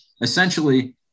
essentially